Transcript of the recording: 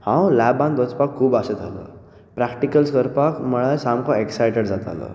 हांव लॅबांत वचपाक खूब आशेतालो प्रॅक्टिकल्स करपाक म्हणल्यार सामको एक्सायटिड जातालो